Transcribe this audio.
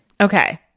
Okay